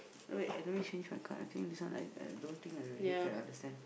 oh wait uh let me change my card I think this one I I don't think I really can understand